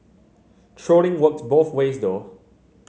trolling works both ways though